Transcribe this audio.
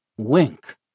Wink